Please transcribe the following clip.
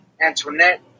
Antoinette